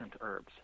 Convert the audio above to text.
herbs